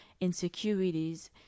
insecurities